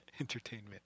Entertainment